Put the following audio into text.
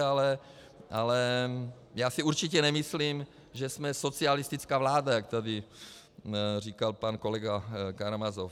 Ale já si určitě nemyslím, že jsme socialistická vláda, jak tady říkal pan kolega Karamazov.